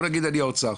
בואו נגיד שאני האוצר.